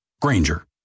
Granger